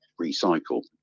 recycle